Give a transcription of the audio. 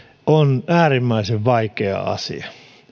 on äärimmäisen vaikea asia